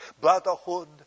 brotherhood